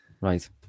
right